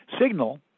signal